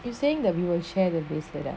it saying that we will share the bracelet